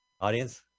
Audience